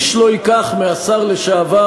איש לא ייקח מהשר לשעבר,